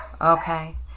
Okay